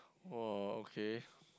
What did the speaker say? !woah! okay